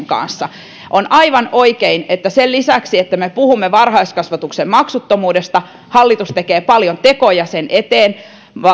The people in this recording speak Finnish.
kanssa on aivan oikein että sen lisäksi että me puhumme varhaiskasvatuksen maksuttomuudesta hallitus tekee paljon tekoja sen eteen